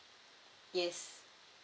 yes